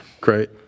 Great